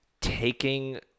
taking